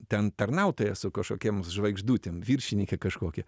ten tarnautoja su kažkokiom žvaigždutėm viršininkė kažkokia